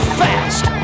fast